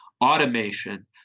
automation